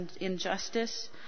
injustice